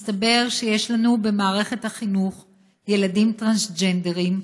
מסתבר שיש לנו במערכת החינוך ילדים טרנסג'נדרים,